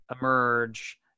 emerge –